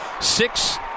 Six